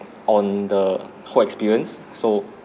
on the whole experience so